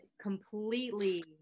completely